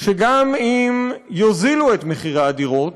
שגם אם יוזילו את הדירות,